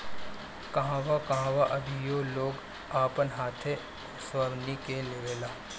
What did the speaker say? कहवो कहवो अभीओ लोग अपन हाथे ओसवनी के लेवेला